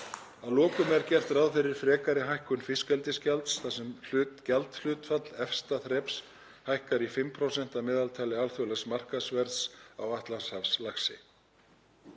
lokum er gert ráð fyrir frekari hækkun fiskeldisgjalds þar sem gjaldhlutfall efsta þreps hækkar í 5% af meðaltali alþjóðlegs markaðsverðs á Atlantshafslaxi.